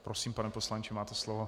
Prosím, pane poslanče, máte slovo.